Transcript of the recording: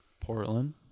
portland